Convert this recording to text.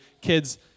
Kids